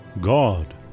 God